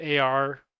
AR